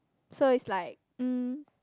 so it's like um